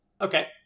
Okay